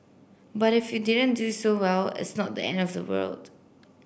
but if you didn't do so well it's not the end of the world